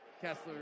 Kessler